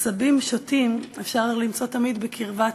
עשבים שוטים אפשר למצוא תמיד בקרבת